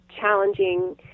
challenging